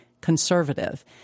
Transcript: conservative